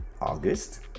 august